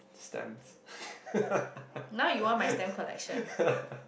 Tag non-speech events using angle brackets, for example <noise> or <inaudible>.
stamps <laughs>